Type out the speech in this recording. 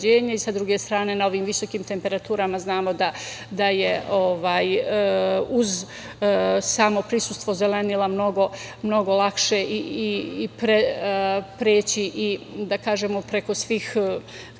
i sa druge strane novim visokim temperaturama znamo da je uz samo prisustvo zelenila mnogo lakše preći preko svih klimatskih